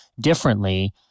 differently